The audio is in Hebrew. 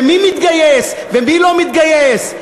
ומי מתגייס ומי לא מתגייס?